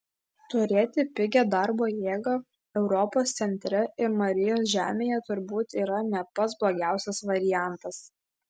turėti pigią darbo jėgą europos centre ir marijos žemėje turbūt yra ne pats blogiausias variantas